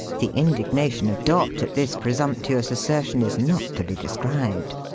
the indignation of dot at this presumptuous assertion is not to be described.